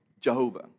Jehovah